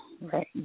right